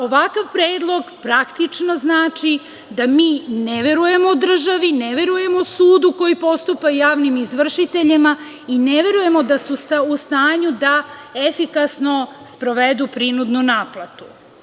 Ovakav predlog praktično znači da mi ne verujem državi, ne verujemo sudu koji postupa, javnim izvršiteljima i ne verujemo da su u stanju da efikasno sprovedu prinudnu naplatu.